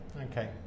Okay